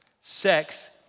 Sex